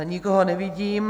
Nikoho nevidím.